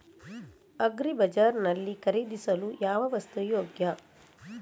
Agri Bazaar ನಲ್ಲಿ ಖರೀದಿಸಲು ಯಾವ ವಸ್ತು ಯೋಗ್ಯ?